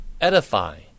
edify